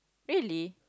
really